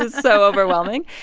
and so overwhelming.